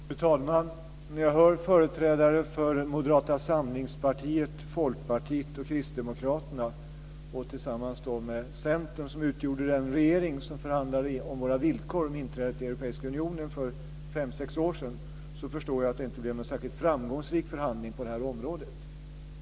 Fru talman! När jag hör företrädare för Moderata samlingspartiet, Folkpartiet och Kristdemokraterna, som tillsammans med Centern utgjorde den regering som förhandlade om villkoren för inträdet i Europeiska unionen för fem sex år sedan, förstår jag att det inte blev någon särskilt framgångsrik förhandling på det här området.